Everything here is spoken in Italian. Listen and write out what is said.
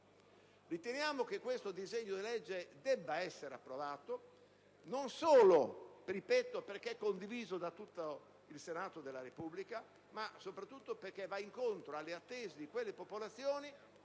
Riteniamo che questo disegno di legge debba essere approvato, non solo perché - ripeto - condiviso dal Senato della Repubblica, ma soprattutto perché va incontro alle aspettative delle popolazioni